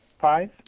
five